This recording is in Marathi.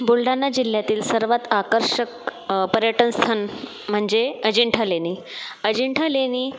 बुलढाणा जिल्ह्यातील सर्वात आकर्षक पर्यटनस्थळ म्हणजे अजिंठा लेणी अजिंठा लेणी